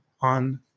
on